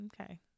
okay